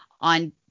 on